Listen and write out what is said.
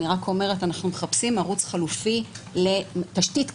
אנחנו מחפשים ערוץ חלופי לתשתית קיימת.